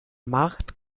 markt